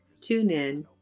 TuneIn